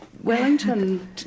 Wellington